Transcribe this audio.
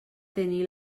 tenir